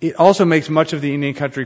it also makes much of the country